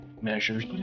measures